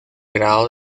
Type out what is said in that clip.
grado